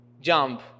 Jump